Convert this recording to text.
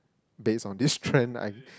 based on this trend I